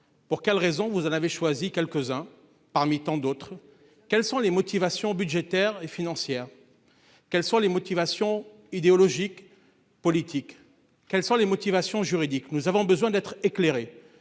Pour quelle raison vous en avez choisi quelques-uns parmi tant d'autres. Quelles sont les motivations budgétaire et financière. Quelles sont les motivations idéologiques, politiques, quelles sont les motivations juridiques. Nous avons besoin d'être éclairé.